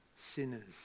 sinners